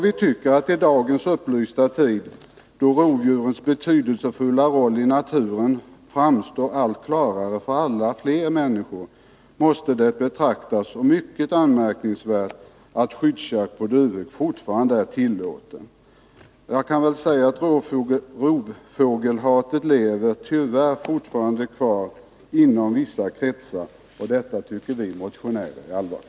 Vi tycker att det i dagens upplysta tid, när rovdjurens betydelsefulla roll i naturen framstår allt klarare för allt fler människor, måste betraktas som mycket anmärkningsvärt att skyddsjakt på duvhök fortfarande är tillåten. IT Rovfågelshatet lever tyvärr fortfarande kvar inom vissa kretsar, och det tycker vi motionärer är allvarligt.